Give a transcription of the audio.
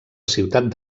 ciutat